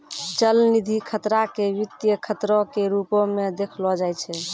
चलनिधि खतरा के वित्तीय खतरो के रुपो मे देखलो जाय छै